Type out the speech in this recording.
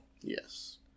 Yes